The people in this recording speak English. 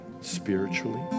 spiritually